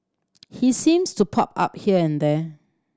he seems to pop up here and there